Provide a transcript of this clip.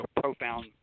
profound